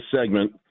segment